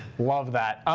love that.